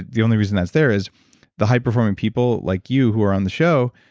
the only reason that's there is the high performing people like you, who are on the show,